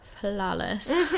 flawless